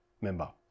member